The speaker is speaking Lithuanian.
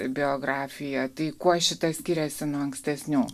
biografija tai kuo šita skiriasi nuo ankstesnių